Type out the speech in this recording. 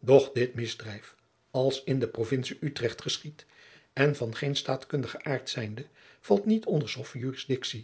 doch dit misdrijf als in de provincie utrecht geschied en van geen staatkundigen aart zijnde valt niet onder s